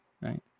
right